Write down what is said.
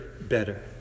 better